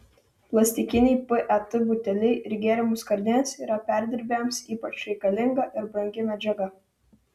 plastikiniai pet buteliai ir gėrimų skardinės yra perdirbėjams ypač reikalinga ir brangi medžiaga